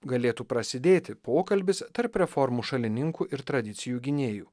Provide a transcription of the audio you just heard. galėtų prasidėti pokalbis tarp reformų šalininkų ir tradicijų gynėjų